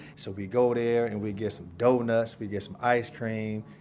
so we'd go there, and we'd get some donuts, we'd get some ice cream,